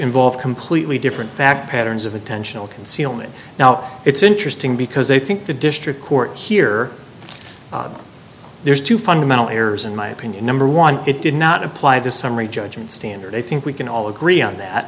involved completely different fact patterns of attentional concealment now it's interesting because they think the district court here there's two fundamental errors in my opinion number one it did not apply this summary judgment standard i think we can all agree on that